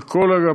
על כל אגפיו,